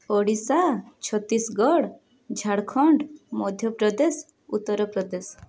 Odisha Chhattisgarh Jharkhand Madhya Pradesh Uttar Pradesh